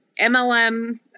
MLM